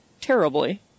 terribly